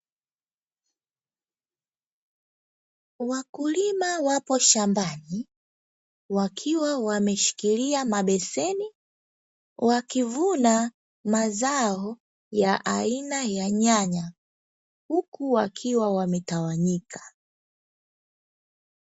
Wakulima wapo shambani wakiwa, wameshikilia mabeseni, wakivuna mazao ya aina ya nyanya huku wakiwa wametawanyika.